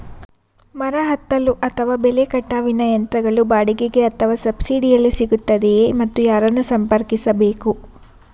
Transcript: ಮರ ಹತ್ತಲು ಅಥವಾ ಬೆಲೆ ಕಟಾವಿನ ಯಂತ್ರಗಳು ಬಾಡಿಗೆಗೆ ಅಥವಾ ಸಬ್ಸಿಡಿಯಲ್ಲಿ ಸಿಗುತ್ತದೆಯೇ ಮತ್ತು ಯಾರನ್ನು ಸಂಪರ್ಕಿಸಬೇಕು?